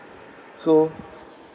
so